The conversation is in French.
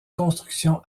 constructions